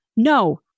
No